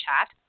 chat